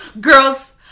girls